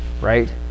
Right